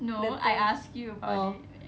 the terms oh